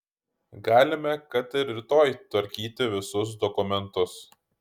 galime kad ir rytoj tvarkyti visus dokumentus